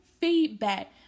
feedback